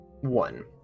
One